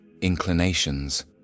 inclinations